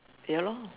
ya lor